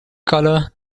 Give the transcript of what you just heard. color